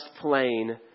plain